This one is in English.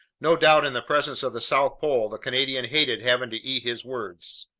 no doubt, in the presence of the south pole, the canadian hated having to eat his words.